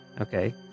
okay